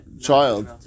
child